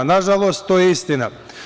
Nažalost, to je istina.